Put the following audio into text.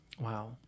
wow